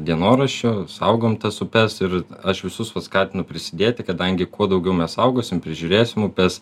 dienoraščiu saugom tas upes ir aš visus va skatinu prisidėti kadangi kuo daugiau mes saugosim prižiūrėsim upes